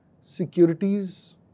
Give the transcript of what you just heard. securities